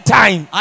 time